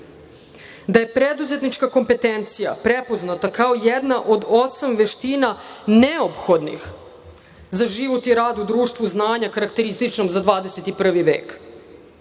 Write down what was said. da je preduzetnička kompetencija prepoznata kao jedna od osam veština neophodnih za život i rad u društvu znanja karakterističnog za 21. vek.